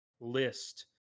list